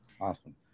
Awesome